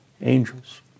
angels